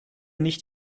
nicht